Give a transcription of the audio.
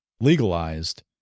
legalized